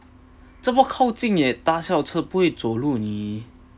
这么靠近也搭校车不会走路你